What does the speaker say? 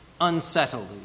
unsettled